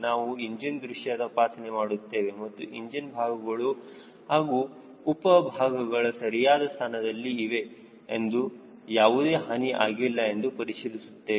ನಾವು ಇಂಜಿನ್ ದೃಶ್ಯ ತಪಾಸಣೆ ಮಾಡುತ್ತೇವೆ ಮತ್ತು ಇಂಜಿನ್ ಭಾಗಗಳು ಹಾಗೂ ಉಪವಾಸಗಳು ಸರಿಯಾದ ಸ್ಥಾನದಲ್ಲಿ ಇವೆ ಮತ್ತು ಯಾವುದೇ ಹಾನಿ ಆಗಿಲ್ಲ ಎಂದು ಪರಿಶೀಲಿಸುತ್ತೇವೆ